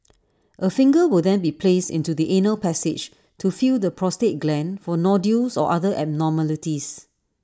A finger will then be placed into the anal passage to feel the prostate gland for nodules or other abnormalities